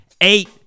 Eight